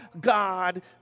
God